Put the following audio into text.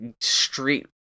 street